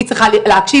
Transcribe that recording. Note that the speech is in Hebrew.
היא צריכה להקשיב,